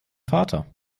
vater